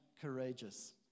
courageous